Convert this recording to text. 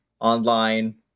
online